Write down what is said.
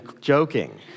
joking